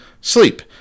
sleep